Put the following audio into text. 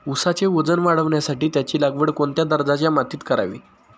ऊसाचे वजन वाढवण्यासाठी त्याची लागवड कोणत्या दर्जाच्या मातीत करावी?